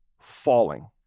falling